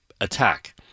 attack